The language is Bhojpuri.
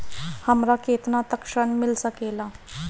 हमरा केतना तक ऋण मिल सके ला?